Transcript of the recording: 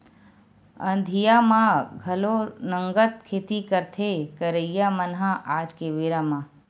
अंधिया म घलो नंगत खेती करथे करइया मन ह आज के बेरा म